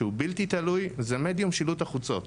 שהוא בלתי-תלוי זה מדיום שילוט החוצות.